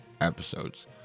episodes